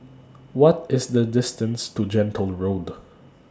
What IS The distance to Gentle Road